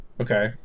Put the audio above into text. Okay